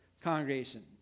congregation